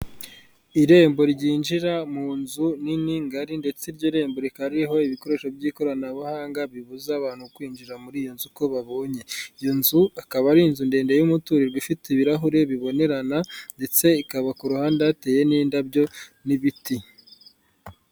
Irembo ryinjira mu nzu nini ngari ndetse iryo rembo rikaba ririho ibikoresho by'ikoranabuhanga, bibuza abantu kwinjira muri iyo nzu ko babonye. Iyi nzu akaba ari inzu ndende y'umuturirwa, ifite ibirahure bibonerana ndetse ikaba ku ruhande hateye n'indabyo n'ibiti.